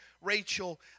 Rachel